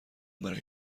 برای